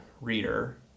reader